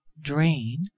drain